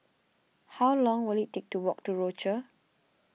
how long will it take to walk to Rochor